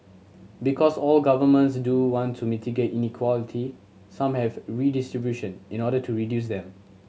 because all governments do want to mitigate inequality some have redistribution in order to reduce them